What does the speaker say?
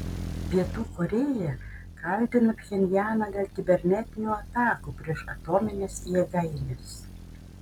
pietų korėja kaltina pchenjaną dėl kibernetinių atakų prieš atomines jėgaines